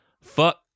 Fuck